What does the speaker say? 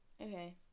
Okay